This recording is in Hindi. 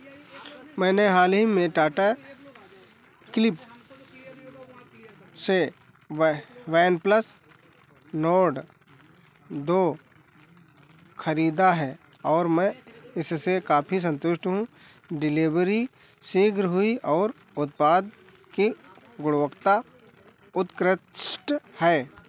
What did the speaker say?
मैंने हाल ही में टाटा क्लिप से वेह वैनप्लस नोड दो खरीदा है और मैं इससे काफ़ी संतुष्ट हूँ डिलिवरी शीघ्र हुई और उत्पाद की गुणवत्ता उत्कृत्ष्ट है